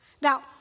Now